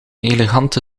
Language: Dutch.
elegante